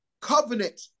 covenant